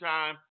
Time